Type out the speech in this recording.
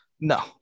No